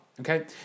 Okay